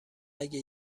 اگه